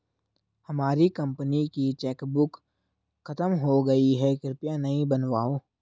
हमारी कंपनी की चेकबुक खत्म हो गई है, कृपया नई बनवाओ